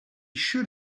should